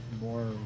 more